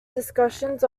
discussions